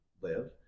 live